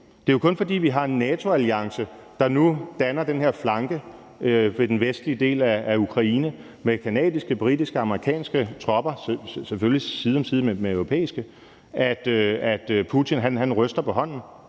Det er jo kun, fordi vi har en NATO-alliance, der nu danner den her flanke ved den vestlige del af Ukraine med canadiske, britiske, amerikanske tropper, selvfølgelig side om side med europæiske, at Putin ryster på hånden.